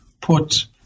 put